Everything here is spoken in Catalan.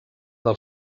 del